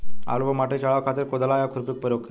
आलू पर माटी चढ़ावे खातिर कुदाल या खुरपी के प्रयोग करी?